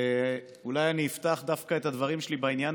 אולי אני אפתח דווקא את הדברים שלי בעניין